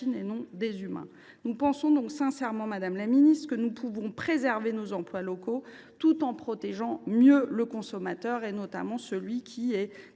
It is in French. Nous pensons donc sincèrement, madame la secrétaire d’État, que nous pouvons préserver nos emplois tout en protégeant mieux les consommateurs, notamment ceux qui sont